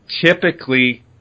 typically